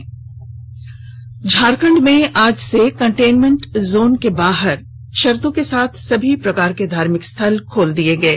में भे झारखंड में आज से कंटेन्मेंट जोन के बाहर शर्तों के साथ सभी प्रकार के धार्मिक स्थल खोल दिये गये